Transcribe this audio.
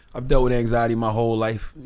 i've dealt with anxiety my whole life.